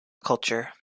culture